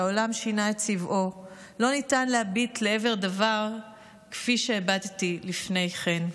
שהעולם שינה את צבעו ולא ניתן להביט לעבר דבר כפי שהבטתי לפני כן.